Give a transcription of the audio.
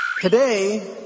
Today